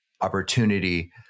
opportunity